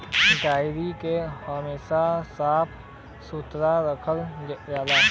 dairy के हमेशा साफ सुथरा रखल जाला